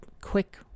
quick